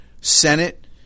Senate